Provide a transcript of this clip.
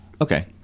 Okay